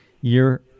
year